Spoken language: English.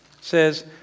says